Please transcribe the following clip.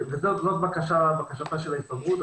זאת בקשת ההסתדרות.